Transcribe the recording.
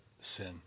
sin